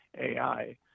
ai